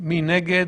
מי נגד?